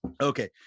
okay